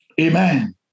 Amen